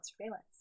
Surveillance